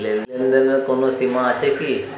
লেনদেনের কোনো সীমা আছে কি?